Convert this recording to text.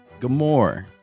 Gamor